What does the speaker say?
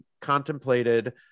contemplated